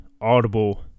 audible